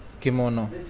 kimono